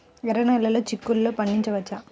ఎర్ర నెలలో చిక్కుల్లో పండించవచ్చా?